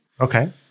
Okay